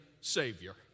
Savior